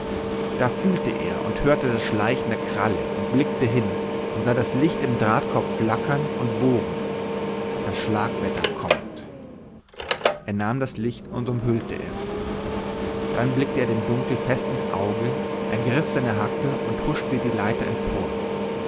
da fühlte er und hörte das schleichen der kralle und blickte hin und sah das licht im drahtkorb flackern und wogen das schlagwetter kommt er nahm das licht und umhüllte es dann blickte er dem dunkel fest ins auge ergriff seine hacke und huschte die leiter empor